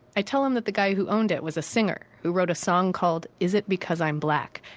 i tell him that the guy who owned it was a singer who wrote a song called is it because i'm black?